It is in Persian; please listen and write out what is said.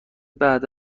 بعد